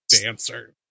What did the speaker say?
Dancer